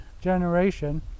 generation